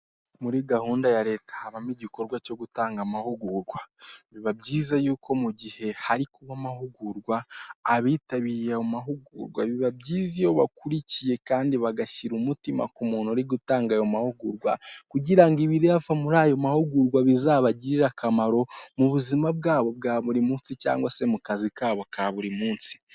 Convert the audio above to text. Muri gahunda ya leta habamo igikorwa cyo gutanga amahugurwa biba byiza yuko mu gihe hari kuba mahugurwa abitabiriye ayo mahugurwa, biba byiza iyo bakurikiye kandi bagashyira umutima ku muntu uri gutanga ayo amahugurwa, kugira ngo ibirava muri ayo mahugurwa bizabagirire akamaro mu buzima bwabo bwa buri munsi cyangwa se mu kazi kabo ka buri munsi.